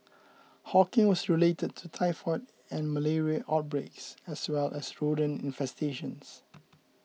hawking was related to typhoid and malaria outbreaks as well as rodent infestations